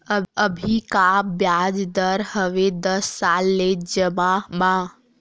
अभी का ब्याज दर हवे दस साल ले जमा मा?